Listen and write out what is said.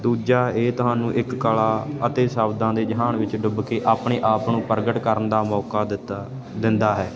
ਦੂਜਾ ਇਹ ਤੁਹਾਨੂੰ ਇੱਕ ਕਲਾ ਅਤੇ ਸ਼ਬਦਾਂ ਦੇ ਜਹਾਨ ਵਿੱਚ ਡੁੱਬ ਕੇ ਆਪਣੇ ਆਪ ਨੂੰ ਪ੍ਰਗਟ ਕਰਨ ਦਾ ਮੌਕਾ ਦਿੱਤਾ ਦਿੰਦਾ ਹੈ